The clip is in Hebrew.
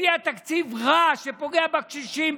הביאה תקציב רע שפוגע בקשישים,